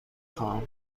خواهم